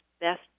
best